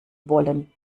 wollen